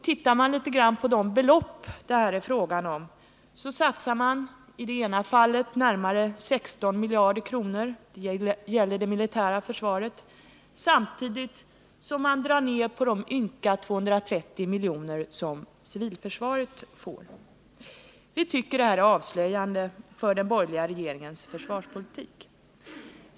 Ser man till de belopp det är fråga om finner man att det på det militära försvaret satsas 16 miljarder, samtidigt som det dras ned på de ynka 230 miljoner som civilförsvaret får. Vi tycker att detta är avslöjande för den borgerliga regeringens försvarspolitik.